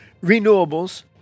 renewables